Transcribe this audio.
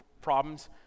problems